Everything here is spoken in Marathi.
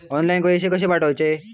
ऑनलाइन पैसे कशे पाठवचे?